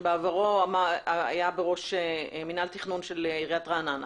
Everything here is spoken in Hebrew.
שבעברו היה בראש מנהל התכנון בעירית רעננה,